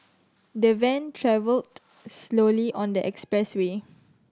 the van travelled slowly on the expressway